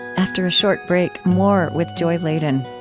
after a short break, more with joy ladin.